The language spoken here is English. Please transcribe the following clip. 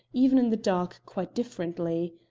even in the dark, quite differently.